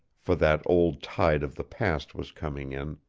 for that old tide of the past was coming in,